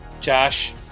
Josh